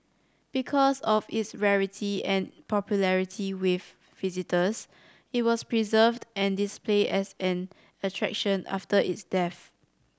because of its rarity and popularity with visitors it was preserved and displayed as an attraction after its death